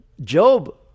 Job